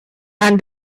and